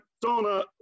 Donna